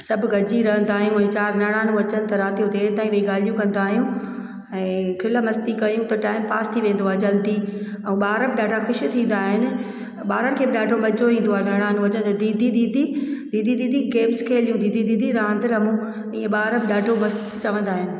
सब गॾिजी रहंदा आहियूं ऐं चारि निणानूं अचनि त राति जो देरि ताईं वेही ॻाल्हियूं कंदा आहियूं ऐं खिल मस्ती कयूं त टाइम पास थी वेंदो आहे जल्दी ऐं ॿार बि ॾाढा ख़ुशि थींदा आहिनि ॿारनि खे बि ॾाढो मज़ो ईंदो आहे निणानूं अचनि दीदी दीदी दीदी दीदी गेम्स खेलियूं दीदी दीदी रांधि रमूं ईअं ॿार बि ॾाढो मस्तु चवंदा आहिनि